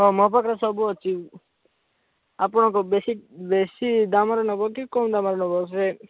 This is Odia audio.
ହଁ ମୋ ପାଖରେ ସବୁ ଅଛି ଆପଣଙ୍କ ବେଶୀ ବେଶୀ ଦାମର ନେବକି କମ ଦାମର ନେବ ସେ